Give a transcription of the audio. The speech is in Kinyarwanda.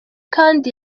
kandi